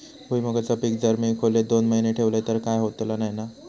भुईमूगाचा पीक जर मी खोलेत दोन महिने ठेवलंय तर काय होतला नाय ना?